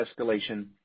escalation